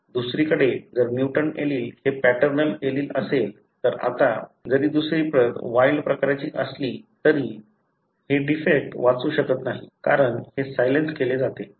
दुसरीकडे जर mutant allele हे पॅटर्नल एलील असेल तर आता जरी दुसरी प्रत वाइल्ड प्रकारची असली तरी हे डिफेक्ट वाचवू शकत नाही कारण हे सायलेन्स केले जाते